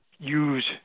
use